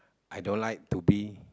I don't like to be